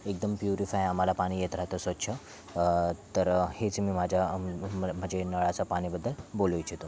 एकदम प्युरीफाय आम्हाला पाणी येत राहतं स्वच्छ तर हेच मी माझ्या म्हणजे नळाचं पाण्याबद्दल बोलू इच्छितो